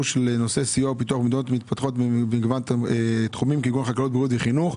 "נושא סיוע ופיתוח מדינות מתפתחות במגוון תחומים כגון חקלאות וחינוך.